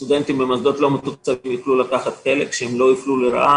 סטודנטים במוסדות לא מתוקצבים יוכלו לקחת חלק ושהם לא יופלו לרעה.